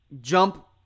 Jump